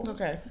Okay